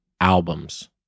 albums